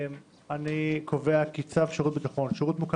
אני קובע כי צו שירות ביטחון (שירות מוכר